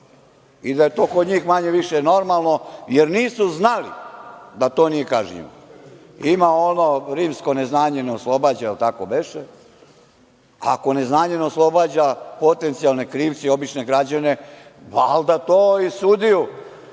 i da je to kod njih, manje-više, normalno, jer nisu znali da to nije kažnjivo. Ima ono rimsko, neznanje ne oslobađa, da li tako beše, a ako neznanje ne oslobađa potencijalne krivce i obične građane, valjda to i sudiju